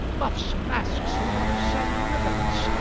muffs, masks, ruffs, and ribands,